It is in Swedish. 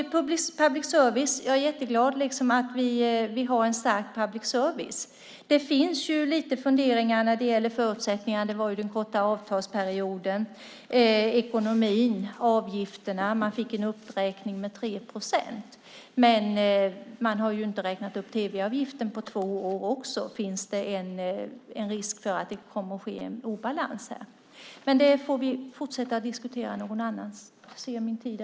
Jag är jätteglad att vi har en stark public service. Det finns lite funderingar när det gäller förutsättningarna, och det är den korta avtalsperioden, ekonomin och avgifterna. Man fick en uppräkning med 3 procent, men man har inte räknat upp tv-avgiften på två år. Det finns en risk för att det kommer att bli en obalans. Det får vi fortsätta att diskutera någon annan gång.